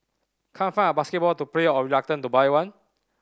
can't find a basketball to play or reluctant to buy one